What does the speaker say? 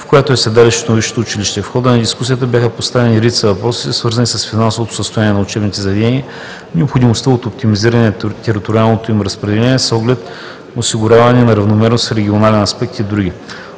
в която е седалището на висшето училище. В хода на дискусията бяха поставени редица въпроси, свързани с финансовото състояние на учебните заведения, необходимостта от оптимизиране на териториалното им разпределение с оглед осигуряване на равномерност в регионален аспект и други.